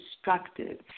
destructive